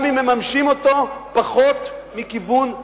גם אם מממשים אותו פחות מכיוון אחר,